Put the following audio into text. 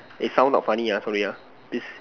eh sound not funny ah sorry ah this